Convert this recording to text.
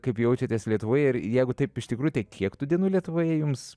kaip jaučiatės lietuvoje ir jeigu taip iš tikrųjų tai kiek tų dienų lietuvoje jums